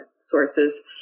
sources